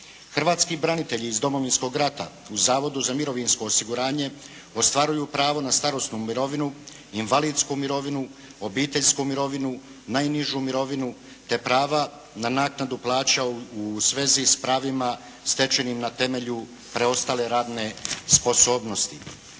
Hrvatski branitelji iz Domovinskog rata u Zavodu za mirovinsko osiguranje ostvaruju pravo na starosnu mirovinu, invalidsku mirovinu, obiteljsku mirovinu, najnižu mirovinu, te prava na naknadu plaća u svezi s pravima stečenim na temelju preostale radne sposobnosti.